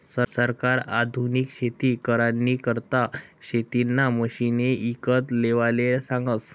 सरकार आधुनिक शेती करानी करता शेतीना मशिने ईकत लेवाले सांगस